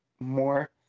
more